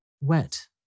wet